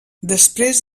després